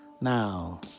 now